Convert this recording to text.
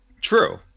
True